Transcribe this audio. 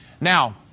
Now